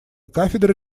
кафедра